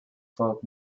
folk